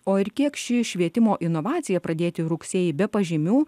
o ir kiek ši švietimo inovacija pradėti rugsėjį be pažymių